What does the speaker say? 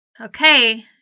Okay